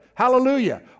Hallelujah